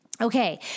Okay